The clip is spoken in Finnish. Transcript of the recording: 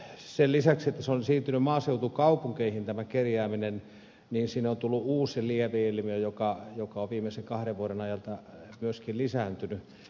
sen lisäksi että se on siirtynyt maaseutukaupunkeihin tämä kerjääminen niin sinne on tullut uusi lieveilmiö joka on viimeisen kahden vuoden ajalta myöskin lisääntynyt